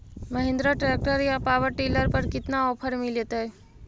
Mahindra tractor या power dealer पर कितना ओफर मीलेतय?